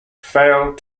failed